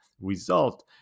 result